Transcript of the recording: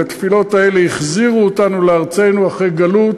התפילות האלה החזירו אותנו לארצנו אחרי גלות.